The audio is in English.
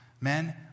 Men